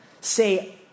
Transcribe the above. say